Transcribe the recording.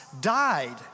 died